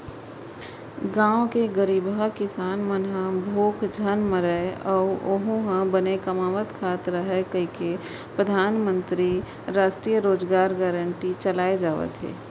गाँव के गरीबहा किसान मन ह भूख झन मरय अउ ओहूँ ह बने कमावत खात रहय कहिके परधानमंतरी रास्टीय रोजगार योजना चलाए जावत हे